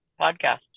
podcast